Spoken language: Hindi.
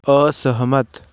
असहमत